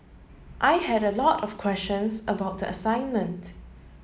I had a lot of questions about the assignment